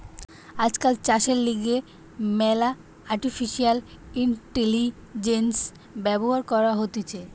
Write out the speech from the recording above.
আজকাল চাষের লিগে ম্যালা আর্টিফিশিয়াল ইন্টেলিজেন্স ব্যবহার করা হতিছে